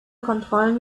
kontrollen